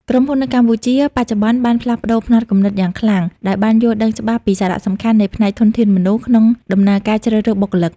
ក្រុមហ៊ុននៅកម្ពុជាបច្ចុប្បន្នបានផ្លាស់ប្តូរផ្នត់គំនិតយ៉ាងខ្លាំង ដោយបានយល់ដឹងច្បាស់ពីសារៈសំខាន់នៃផ្នែកធនធានមនុស្ស ក្នុងដំណើរការជ្រើសរើសបុគ្គលិក។